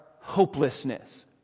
hopelessness